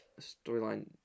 storyline